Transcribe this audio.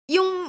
Yung